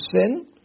sin